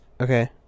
Okay